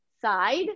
side